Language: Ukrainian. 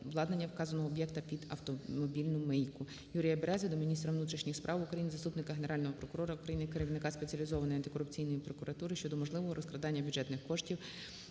вказаного об'єкта під автомобільну мийку. Юрія Берези до міністра внутрішніх справ України, Заступника Генерального прокурора України - керівника Спеціалізованої антикорупційної прокуратури щодо можливого розкрадання бюджетних коштів